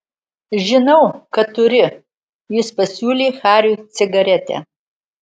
žinau kad turi jis pasiūlė hariui cigaretę